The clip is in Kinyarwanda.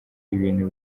ibintu